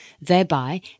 thereby